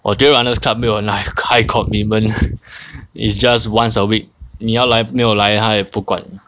我觉得 runners club 没有很 high commitment it's just once a week 你要来没有来它也不管